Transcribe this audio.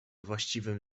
właściwym